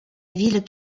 ville